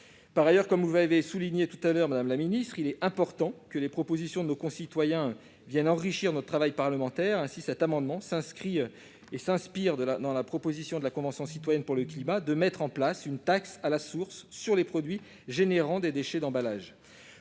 Par ailleurs, comme vous l'avez souligné, madame la ministre, il est important que les propositions de nos concitoyens viennent enrichir notre travail parlementaire, et cet amendement tend à s'inspirer de la proposition formulée par la Convention citoyenne pour le climat de mettre en place une taxe à la source sur les produits générant des déchets d'emballage.